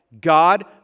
God